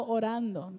orando